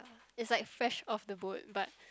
it's like Fresh-Off-the-Boat but